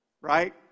Right